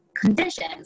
conditions